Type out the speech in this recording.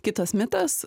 kitas mitas